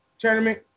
tournament